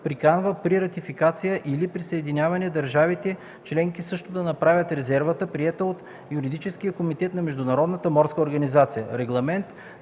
приканва при ратификация или присъединяване държавите членки също да направят резервата, приета от Юридическия комитет на Международната морска организация.